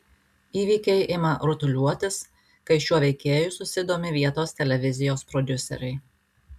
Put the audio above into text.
įvykiai ima rutuliotis kai šiuo veikėju susidomi vietos televizijos prodiuseriai